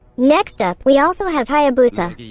next up, we also have hayabusa.